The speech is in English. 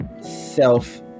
self